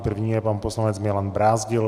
První je pan poslanec Milan Brázdil.